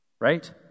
Right